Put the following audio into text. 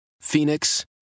Phoenix